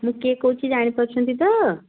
ମୁଁ କିଏ କହୁଛି ଜାଣି ପାରୁଛନ୍ତି ତ